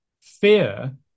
fear